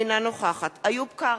אינה נוכחת איוב קרא,